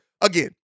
again